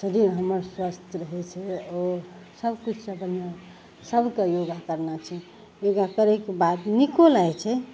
शरीर हमर स्वस्थ रहय छै ओ सब किछुके सबके योगा करना चाही योगा करयके बाद नीको लागय छै